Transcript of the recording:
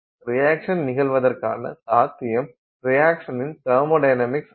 reaction நிகழ்வதற்கான சாத்தியம் ரியாக்சனின் தெர்மொடைனமிக்ஸ் ஆகும்